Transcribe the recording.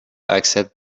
accept